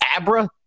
abra